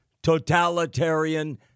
totalitarian